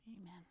Amen